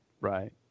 Right